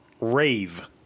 rave